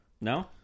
No